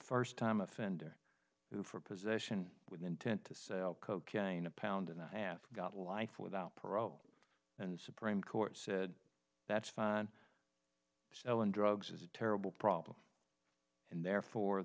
first time offender who for a position with intent to sell cocaine a pound and a half got life without parole and supreme court said that's fine so and drugs is a terrible problem and therefore